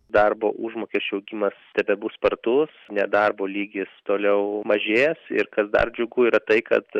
darbo užmokesčio augimas tebebus spartus nedarbo lygis toliau mažės ir kas dar džiugu yra tai kad